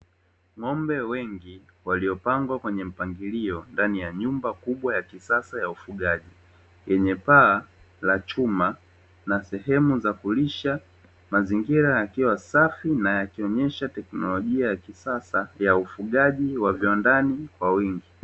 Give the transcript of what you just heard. Ng'ombe wengi waliopangwa kwenye mpangilio ndani ya nyumba kubwa ya kisasa ya ufugaji, yenye paa la chuma na sehemu za kulisha, mazingira yakiwa safi na yakionyesha teknolojia ya kisasa ya ufugaji wa viwandani kwa wingi.